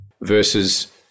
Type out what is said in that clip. versus